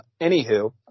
anywho